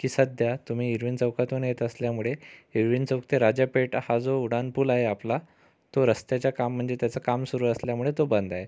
की सध्या तुम्ही इरवीन चौकातून येत असल्यामुडे इरवीन चौक ते राजा पेठ हा जो उड्डाणपूल आहे आपला तो रस्त्याचं काम म्हणजे तो काम सुरू असल्यामुळे तो बंद आहे